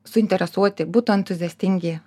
suinteresuoti būtų entuziastingi